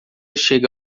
chega